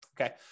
okay